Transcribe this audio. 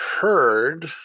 heard